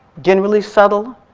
generally subtle,